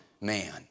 man